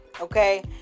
Okay